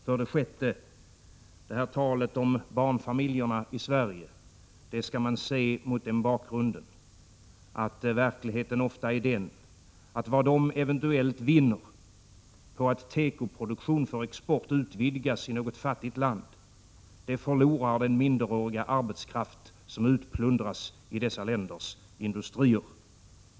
För det sjätte: Talet om de svenska barnfamiljernas behov skall ses mot bakgrund av att verkligheten ofta är den att vad dessa familjer eventuellt vinner på att tekoproduktion för export utvidgas i något fattigt land, förlorar den minderåriga arbetskraft som utplundras i det fattiga landets industrier.